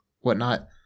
whatnot